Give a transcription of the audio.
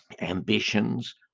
Ambitions